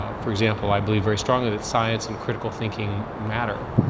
ah for example, i believe very strongly that science and critical thinking matter,